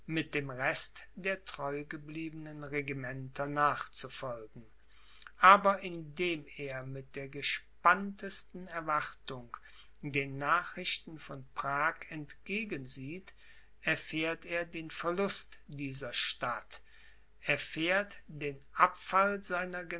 mit dem rest der treugebliebenen regimenter nachzufolgen aber indem er mit der gespanntesten erwartung den nachrichten von prag entgegensieht erfährt er den verlust dieser stadt erfährt er den abfall seiner